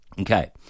Okay